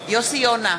יוסי יונה,